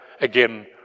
again